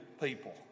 people